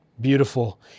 Beautiful